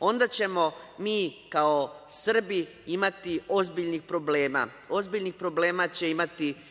onda ćemo mi kao Srbi imati ozbiljnih problema. Ozbiljnih problema će imati